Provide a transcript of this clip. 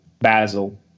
Basil